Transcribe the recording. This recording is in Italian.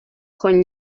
con